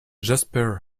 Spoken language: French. jasper